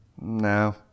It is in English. No